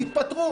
התפטרו.